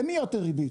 למי יהיה יותר ריבית?